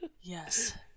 Yes